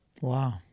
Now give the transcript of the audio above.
Wow